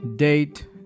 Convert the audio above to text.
Date